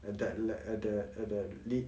at that at the at the lead